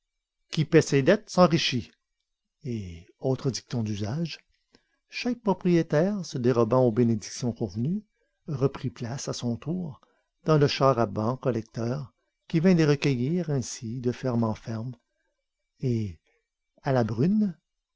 qui paie ses dettes s'enrichit et autres dictons d'usage chaque propriétaire se dérobant aux bénédictions convenues reprit place à son tour dans le char à bancs collecteur qui vint les recueillir ainsi de ferme en ferme et à la brune